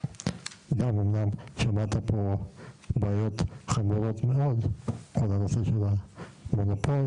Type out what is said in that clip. למרות הבעיות החמורות ששמעת פה על נושא המונופול